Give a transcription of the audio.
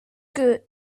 que